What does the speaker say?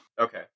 Okay